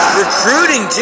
recruiting